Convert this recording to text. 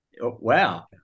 Wow